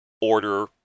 Order